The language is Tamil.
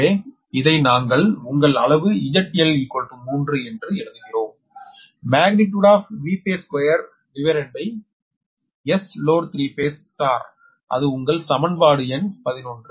எனவே இதை நாங்கள் உங்கள் அளவு ZL 3 என்று எழுதுகிறோம் Vphase2 Sloadஅது உங்கள் சமன்பாடு எண் 11